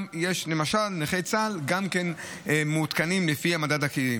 גם נכי צה"ל למשל מעודכנים לפי המדד הקהילתי.